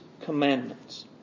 commandments